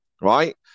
right